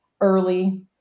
early